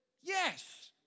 Yes